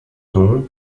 dons